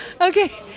Okay